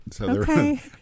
Okay